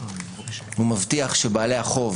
הוא מבטיח שבעלי החוב,